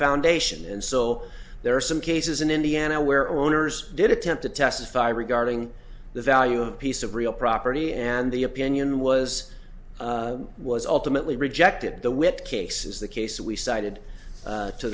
foundation and so there are some cases in indiana where owners did attempt to testify regarding the value of a piece of real property and the opinion was was ultimately rejected the witt case is the case we cited